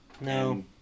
No